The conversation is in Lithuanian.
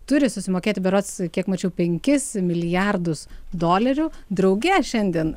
turi susimokėti berods kiek mačiau penkis milijardus dolerių drauge šiandien